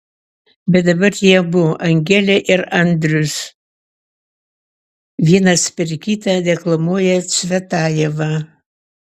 bet dabar jie abu angelė ir andrius vienas per kitą deklamuoja cvetajevą